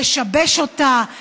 לשבש אותה,